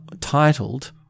titled